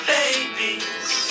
babies